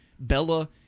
Bella